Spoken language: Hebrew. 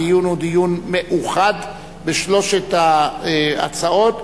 הדיון הוא דיון מאוחד בשלוש ההצעות.